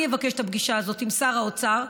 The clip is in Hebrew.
אני אבקש את הפגישה הזאת עם שר האוצר.